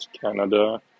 canada